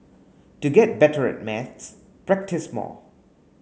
to get better at maths practise more